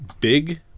Big